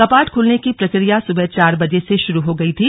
कपाट खुलने की प्रक्रिया सुबह चार बजे से शुरू हो गयी थी